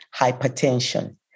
hypertension